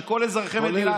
אני חשבתי שכל אזרחי מדינת,